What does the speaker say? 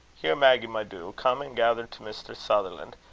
here, maggy, my doo, come an' gather to mr. sutherlan'.